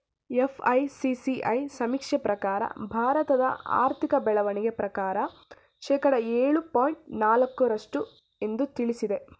FICCI ಸಮೀಕ್ಷೆ ಪ್ರಕಾರ ಭಾರತದ ಆರ್ಥಿಕ ಬೆಳವಣಿಗೆ ಪ್ರಕಾರ ಶೇಕಡ ಏಳು ಪಾಯಿಂಟ್ ನಾಲಕ್ಕು ರಷ್ಟು ಎಂದು ತಿಳಿಸಿದೆ